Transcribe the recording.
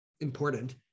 important